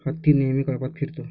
हत्ती नेहमी कळपात फिरतो